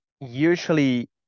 Usually